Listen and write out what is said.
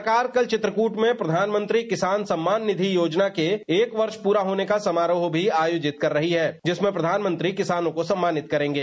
सरकार कल चित्रकूट में प्रधानमंत्री किसान सम्मान योजना के एक वर्ष प्ररा होने का समारोह भी आयोजित कर रही है जिसमें प्रधानमंत्री किसानों को सम्मानित करेंगे